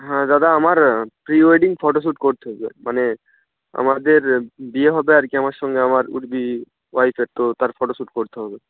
হ্যাঁ দাদা আমার প্রি ওয়েডিং ফটোশ্যুট করতে হবে আর কি মানে আমাদের বিয়ে হবে আর কি আমার সঙ্গে আমার উড বী ওয়াইফের তো তার ফটোশ্যুট করতে হবে